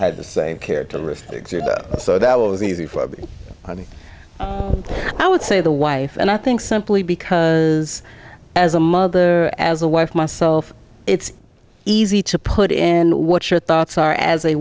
had the same characteristics so that was easy for me i would say the wife and i think simply because as a mother as a wife myself it's easy to put in what your thoughts are as a